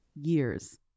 years